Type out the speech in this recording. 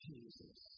Jesus